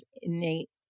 innate